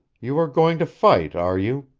you are going to fight, are you?